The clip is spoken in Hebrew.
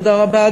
תודה רבה.